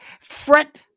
Fret